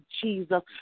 Jesus